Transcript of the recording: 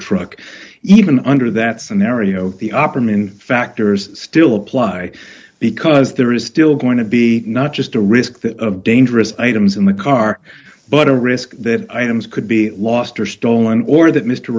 truck even under that scenario the opperman factors still apply because there is still going to be not just a risk that of dangerous items in the car but a risk that items could be lost or stolen or that mr